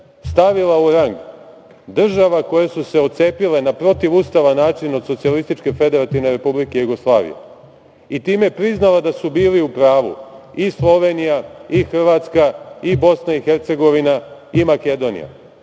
stavila u rang država koje su se otcepile na protivustavan način od Socijalističke Federativne Republike Jugoslavije i time priznala da su bili u pravu i Slovenija i Hrvatska i Bosna i Hercegovina i Makedonija.